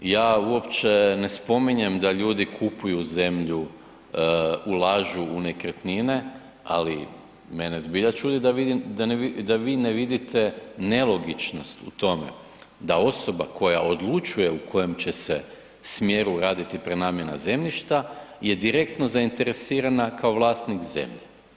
Ja uopće ne spominjem da ljudi kupuju zemlju, ulažu u nekretnine, ali mene zbilja čudi da vi ne vidite nelogičnost u tome, da osoba koja odlučuje u kojem će smjeru raditi prenamjena zemljišta je direktno zainteresirana kao vlasnik zemlje.